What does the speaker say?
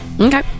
Okay